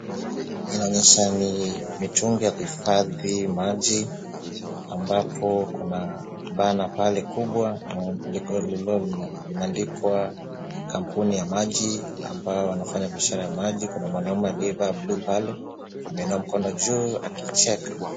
Inaonyesha ni mitungi ya kuhifadhi maji ambapo kuna banner pale kubwa limeandikwa kampuni ya maji ambao wanafanya biashara ya maji. Kuna mwanaume aliyevaa blue pale ameinua mkono juu akicheka.